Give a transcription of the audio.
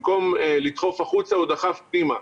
במקום לדחוף החוצה הוא דחף פנימה.